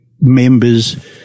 members